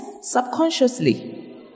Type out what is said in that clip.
subconsciously